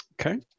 Okay